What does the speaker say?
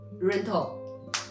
Rental